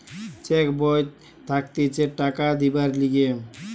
check বই থাকতিছে টাকা দিবার লিগে